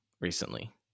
recently